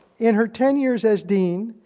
in her ten years as dean,